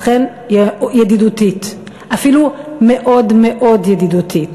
אכן, ידידותית, אפילו מאוד מאוד ידידותית.